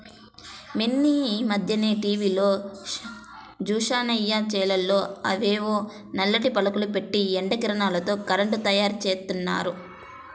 మొన్నీమధ్యనే టీవీలో జూశానయ్య, చేలల్లో అవేవో నల్లటి పలకలు బెట్టి ఎండ కిరణాలతో కరెంటు తయ్యారుజేత్తన్నారు